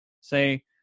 say